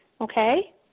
okay